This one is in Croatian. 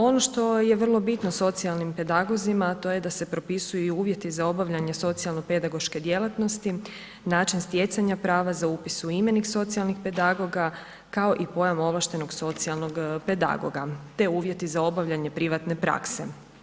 Ono što je vrlo bitno socijalnim pedagozima to je da se propisuju i uvjeti za obavljanje socijalnopedagoške djelatnosti, način stjecanja prava za upis u imenik socijalnih pedagoga, kao i pojam ovlaštenog socijalnog pedagoga, te uvjeti za obavljanje privatne prakse.